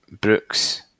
Brooks